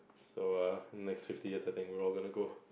so err next fifty years I think we're all gonna go